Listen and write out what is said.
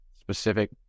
specific